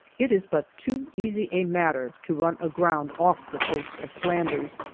it is but too easy a matter to run aground off the coast of flanders,